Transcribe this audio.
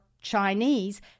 Chinese